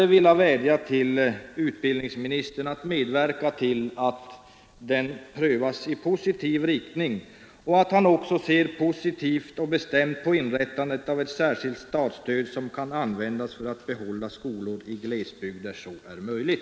Jag vill därför vädja till utbildnings ministern att medverka till att frågan prövas i positiv riktning och även att han tar fasta på tanken på inrättandet av ett särskilt statsstöd, som kan användas för att behålla skolor i glesbygd, där så är möjligt.